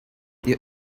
your